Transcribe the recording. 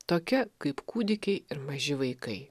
tokia kaip kūdikiai ir maži vaikai